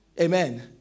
Amen